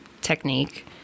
technique